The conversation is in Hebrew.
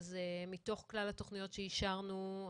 אז מתוך כלל התכניות שאישרו,